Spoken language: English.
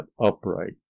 upright